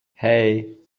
hey